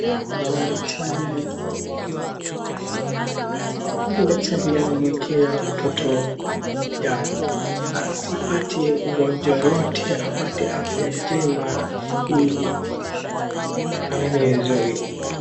Daktari mama na mtoto, yuke daktari anamwekea mtoto dawa asipate ugonjwa wowote ama apate afya njema ili awe mzuri.